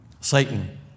Satan